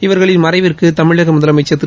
இவர்களின் மறைவிற்கு தமிழக முதலமைச்சர் திரு